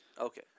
Okay